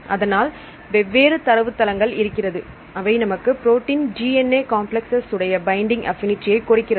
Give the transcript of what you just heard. அதனால் வெவ்வேறு தரவுத்தளங்கள் இருக்கிறது அவை நமக்கு புரோட்டின் DNA காம்ப்ளக்ஸ்அஸ் உடைய பைண்டிங் அப்பினிடி ஐ கொடுக்கிறது